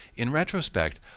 in retrospect,